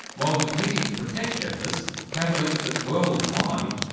while the committee to protect journalists calculates that worldwide,